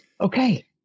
Okay